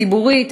ציבורית,